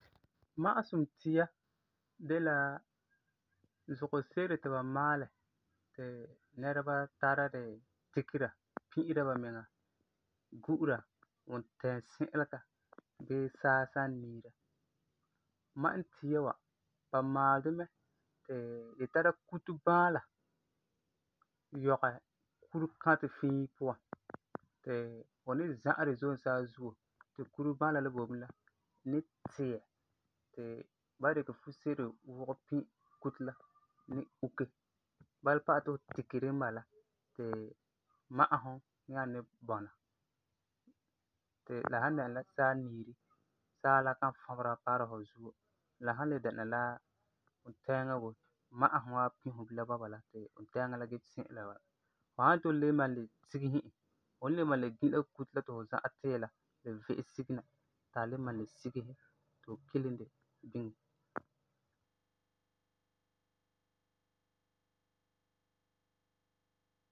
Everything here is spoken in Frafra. Ma'asum tia de la zugɔ se'ere ti ba maalɛ ti nɛreba tara di tikera pi'ira ba miŋa, tu'ura wuntɛɛ-si'ileka, bii saa san niira. Ma'asum tia wa, ba maalɛ di mɛ ti di tara kuto-baala wɔgɛ kure-kãtɛ fii puan ti fu ni za'ɛ di zom saazuo ti kure-baala n boi bini la ni tiiɛ ti ba dikɛ fuse'ere wugɛ pi kuto la ni uke. Bala pa'alɛ ti fu tike di mɛ bala ti ma'asum nyaa ni bɔna, ti la san dɛna la saa n niiri, saa la kan fɔbera paara fu zuo. La san le dɛna la wuntɛɛŋa n boi, ma'asum wan pi fu bilam bɔba la ti wuntɛɛŋa la da si'ira bala. Fu san yeti fu le malum le sigese e, fu ni le malum gi la kuto la ti fu zã'ɛ tiiɛ la, nyaa ve'e sige na, ti a le malum le sige, ti fu kilum di biŋe.